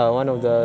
ah